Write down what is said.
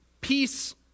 Peace